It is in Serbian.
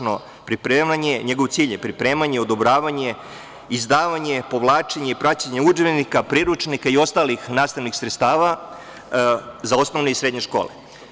NJegov cilj je pripremanje, odobravanje, izdavanje, povlačenje i praćenje udžbenika, priručnika i ostalih nastavnih sredstava za osnovne i srednje škole.